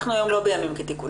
אנחנו היום לא בימים כתיקונם.